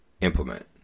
implement